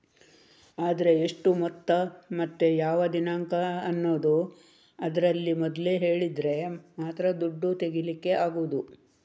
ಆದ್ರೆ ಎಷ್ಟು ಮೊತ್ತ ಮತ್ತೆ ಯಾವ ದಿನಾಂಕ ಅನ್ನುದು ಅದ್ರಲ್ಲಿ ಮೊದ್ಲೇ ಹೇಳಿದ್ರೆ ಮಾತ್ರ ದುಡ್ಡು ತೆಗೀಲಿಕ್ಕೆ ಆಗುದು